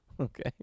Okay